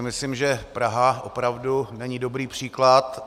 Myslím si, že Praha opravdu není dobrý příklad.